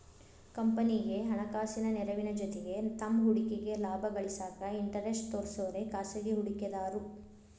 ಕಂಪನಿಗಿ ಹಣಕಾಸಿನ ನೆರವಿನ ಜೊತಿಗಿ ತಮ್ಮ್ ಹೂಡಿಕೆಗ ಲಾಭ ಗಳಿಸಾಕ ಇಂಟರೆಸ್ಟ್ ತೋರ್ಸೋರೆ ಖಾಸಗಿ ಹೂಡಿಕೆದಾರು